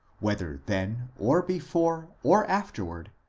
whether then, or before, or afterward,